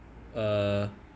uh